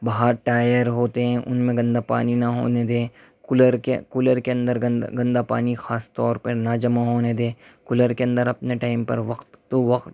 باہر ٹایر ہوتے ہیں ان میں گندا پانی نہ ہونے دیں کولر کے کولر کے اندر گندا گندا پانی خاص طور پر نہ جمع ہونے دیں کولر کے اندر اپنے ٹائم پر وقت ٹو وقت